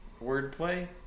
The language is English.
wordplay